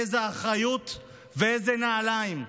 איזו אחריות ואיזה נעליים,